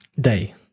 day